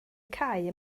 cau